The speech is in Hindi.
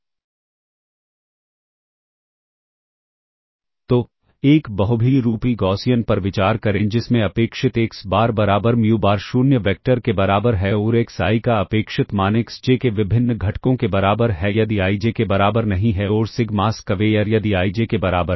तो एक बहुभिन्नरूपी गौसियन पर विचार करें जिसमें अपेक्षित एक्स बार बराबर म्यू बार 0 वेक्टर के बराबर है और एक्स i का अपेक्षित मान एक्स j के विभिन्न घटकों के बराबर है यदि i j के बराबर नहीं है और सिग्मा स्क्वेयर यदि i j के बराबर है